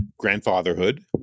Grandfatherhood